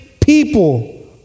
people